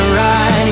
right